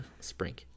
Sprink